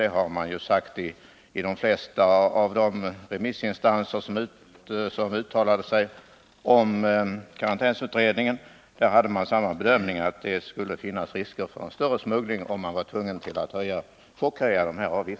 Det har man sagt i de flesta remissinstanser som har uttalat sig om karantänsutredningen. Man hade samma bedömning — att det fanns risker för mer omfattande smuggling om dessa avgifter skulle chockhöjas.